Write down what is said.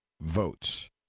votes